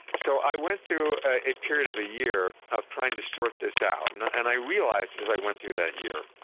so i went through a period of a year of trying to sort this out. and and i realized as i went through that year,